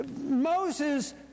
Moses